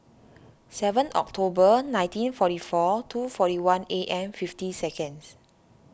seven October nineteen forty four two forty one A M fifty seconds